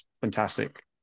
fantastic